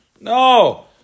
No